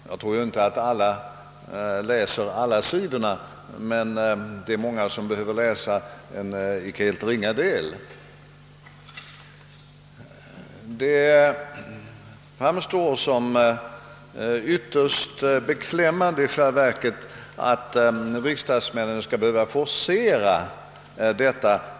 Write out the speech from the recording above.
Nu tror jag inte att alla läser samtliga sidor, men många måste ändå läsa en icke ringa del.